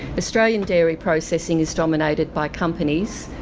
australian dairy processing is dominated by companies,